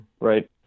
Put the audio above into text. right